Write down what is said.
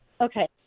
Okay